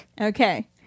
Okay